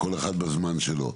כל אחד בזמן שלו.